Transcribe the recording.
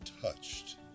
touched